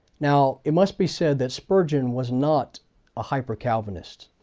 now it must be said that spurgeon was not a hyper-calvinist.